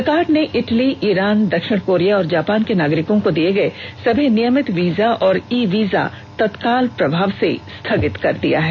सरकार ने Italy Iran दक्षिण कोरिया और जापान के नागरिकों को दिये गये सभी नियमित वीजा और ई वीजा तत्काल प्रभाव से स्थगित कर दिये हैं